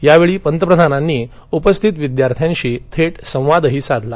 यावेळी पंतप्रधानांनी उपस्थित विद्यार्थ्यांशी थेट संवादही साधला